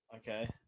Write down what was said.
Okay